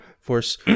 Force